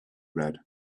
red